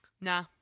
Nah